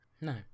no